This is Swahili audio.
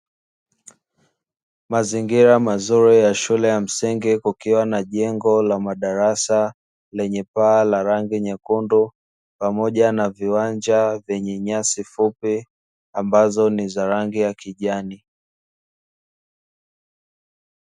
Mazingira mazuri ya shule ya msingi kukiwa na jengo la madarasa, lenye paa la rangi nyekundu pamoja na viwanja vyenye nyasi fupi ambazo ni za rangi ya kijani.